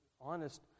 honest